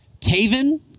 Taven